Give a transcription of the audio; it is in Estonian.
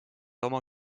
oma